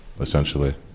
essentially